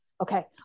okay